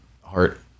Heart